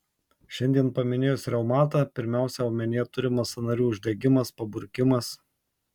šiandien paminėjus reumatą pirmiausia omenyje turimas sąnarių uždegimas paburkimas